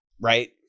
right